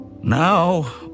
Now